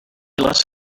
less